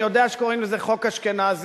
אני יודע שקוראים לזה "חוק אשכנזי".